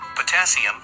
potassium